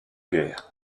guerre